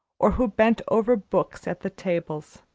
or who bent over books at the tables.